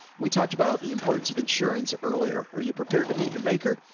we talked about the importance of insurance earlier. are you prepared to meet your maker?